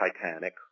Titanic